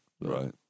right